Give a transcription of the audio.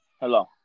Hello